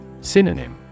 Synonym